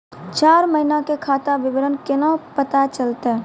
चार महिना के खाता के विवरण केना पता चलतै?